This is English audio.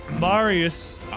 Marius